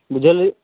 ᱵᱟᱹᱡᱟᱹᱞ